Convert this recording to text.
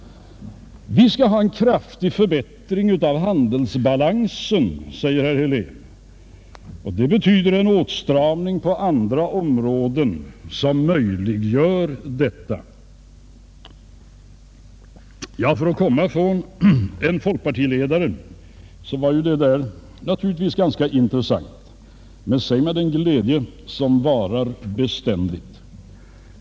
Vi skall ha en kraftig förbättring av handelsbalansen, säger herr Helén. Det betyder att en åtstramning på andra områden skall möjliggöra detta. För att komma från en folkpartiledare är det där naturligtvis ganska intressant. Men säg mig den glädje som varar beständigt.